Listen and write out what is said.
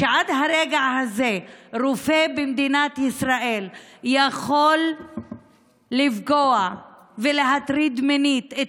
שעד הרגע הזה רופא במדינת ישראל יכול לפגוע ולהטריד מינית את